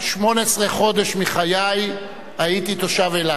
אני 18 חודש מחיי הייתי תושב אילת,